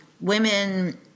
women